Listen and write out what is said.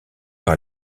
par